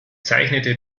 zeichnete